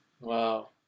Wow